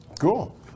Cool